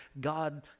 God